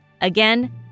Again